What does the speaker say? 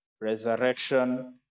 resurrection